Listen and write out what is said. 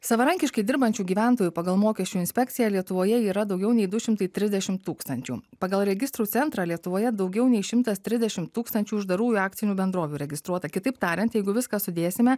savarankiškai dirbančių gyventojų pagal mokesčių inspekciją lietuvoje yra daugiau nei du šimtai trisdešimt tūkstančių pagal registrų centrą lietuvoje daugiau nei šimtas trisdešimt tūkstančių uždarųjų akcinių bendrovių registruota kitaip tariant jeigu viską sudėsime